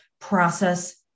process